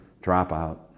dropout